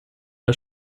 bei